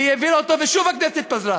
והיא העבירה אותו, ושוב הכנסת התפזרה.